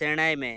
ᱥᱮᱬᱟᱭ ᱢᱮ